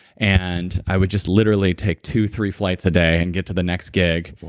and i would just literally take two, three flights a day and get to the next gig,